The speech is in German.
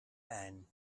ein